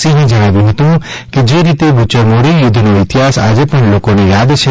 સિંહે જણાવ્યું હતું કે જે રીતે ભૂચરમોરી યુદ્ધનો ઇતિહાસ આજે પણ લોકોને યાદ છે